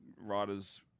writer's